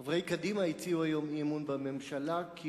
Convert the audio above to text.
חברי קדימה הציעו היום אי-אמון בממשלה כי